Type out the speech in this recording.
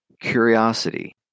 Curiosity